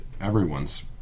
everyone's